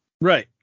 Right